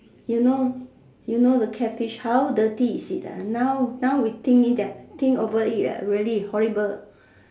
you know you know the catfish how dirty is it ah now now we think it ah think over it ah really horrible